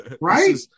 right